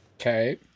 Okay